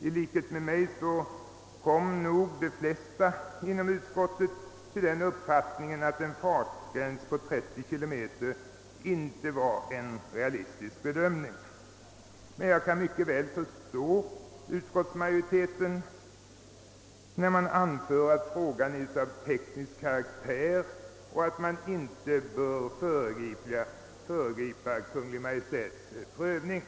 I likhet med mig kom nog de flesta inom utskottet till den uppfattningen att förslaget om en fartgräns på 30 kilometer inte var realistiskt. Jag kan emellertid mycket väl förstå utskottsmajoriteten, när den anför att frågan är av teknisk karaktär och att man inte bör föregripa Kungl. Maj:ts prövning.